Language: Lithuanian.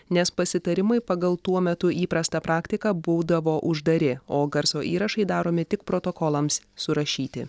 nes pasitarimai pagal tuo metu įprastą praktiką būdavo uždari o garso įrašai daromi tik protokolams surašyti